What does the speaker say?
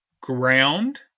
ground